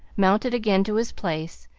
mounted again to his place,